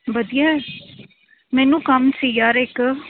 ਵਧੀਆ ਮੈਨੂੰ ਕੰਮ ਸੀ ਯਾਰ ਇੱਕ